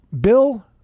Bill